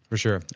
sure.